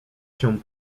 się